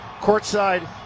courtside